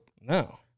no